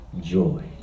joy